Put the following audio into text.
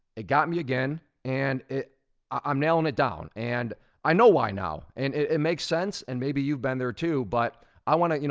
it got me again, and i'm nailing it down, and i know why now, and it makes sense. and maybe you've been there too, but i want to, you